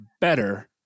better